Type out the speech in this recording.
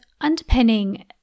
underpinning